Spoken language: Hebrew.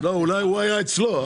אולי הוא היה אצלו.